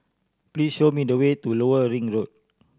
please show me the way to Lower Ring Road